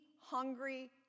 hungry